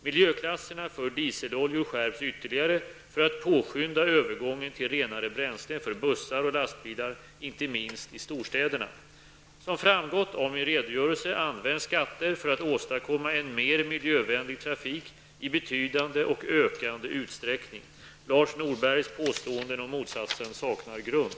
Miljöklasserna för dieseloljor skärps ytterligare för att påskynda övergången till renare bränslen för bussar och lastbilar, inte minst i storstäderna. Som framgått av min redogörelse används skatter för att åstadkomma en mer miljövänlig trafik i betydande och ökande utsträckning. Lars Norbergs påstående om motsatsen saknar grund.